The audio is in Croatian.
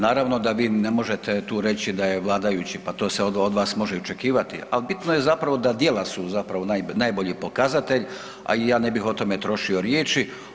Naravno da vi ne možete tu reći da je vladajući, pa to se od vas može očekivati, ali bitno je zapravo da djela su zapravo najbolji pokazatelj, a i ja ne bih o tome trošio riječi.